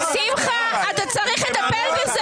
שמחה, אתה צריך לטפל בזה.